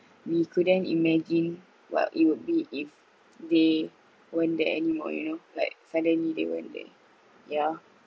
we couldn't imagine what it would be if they weren't there anymore you know like suddenly they weren't there yeah